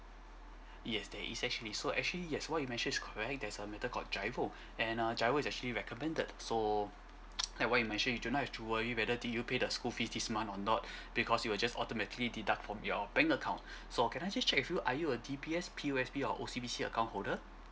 yes that is actually so actually yes what you mentioned is correct there's a method called GIRO and uh GIRO is actually recommended so like what you mentioned you do not have to worry whether did you pay the school fees this month or not because it will just automatically deduct from your bank account so can I just check with you are you a D_B_S P_O_S_B or O_C_B_C account holder